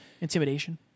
Intimidation